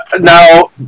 now